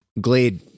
Glade